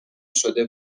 شده